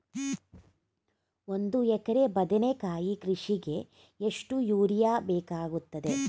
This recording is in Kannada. ಒಂದು ಎಕರೆ ಬದನೆಕಾಯಿ ಕೃಷಿಗೆ ಎಷ್ಟು ಯೂರಿಯಾ ಬೇಕಾಗುತ್ತದೆ?